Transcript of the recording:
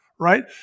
Right